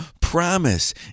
promise